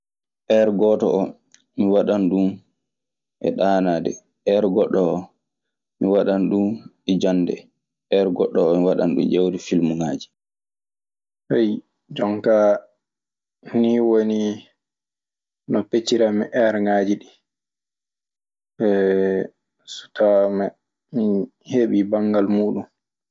gooto oo mi waɗan ɗun e ɗaanaade. goɗɗo oo mi waɗan ɗun e jannde, goɗɗo oo mi waɗan ɗun ƴeewde filmuŋaaji. Jon kaa nii woni no peccirammi eerŋaaji ɗii. So tawaama min heɓii banngal muuɗun.